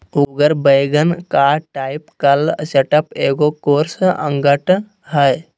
उगर वैगन का typical setup एगो कोर्स अंगठ हइ